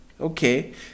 Okay